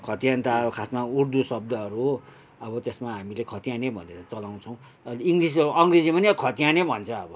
खतियान त अब खासमा उर्दू शब्दहरू हो अब त्यसमा हामीले खतियान नै भनेर चलाउछौँ अहिले इङ्ग्लिस अब अङ्ग्रेजीमा पनि अब खतियानै भन्छ अब